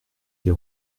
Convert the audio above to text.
des